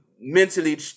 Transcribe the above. mentally